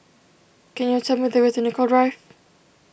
can you tell me the way to Nicoll Drive